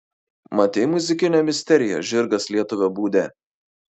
matei muzikinę misteriją žirgas lietuvio būde